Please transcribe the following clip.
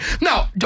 No